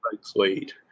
sweet